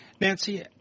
Nancy